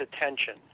attention